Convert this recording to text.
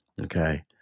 Okay